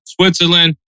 Switzerland